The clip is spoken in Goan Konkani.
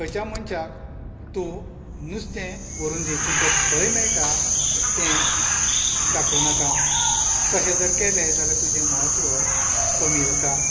खंयच्याय मनशाक तूं नुस्तें व्हरून दी पूण तें खंय मेळटा तें दाखोंव नाका तशें जर केले जाल्यार तुजे म्हत्व कमी जाता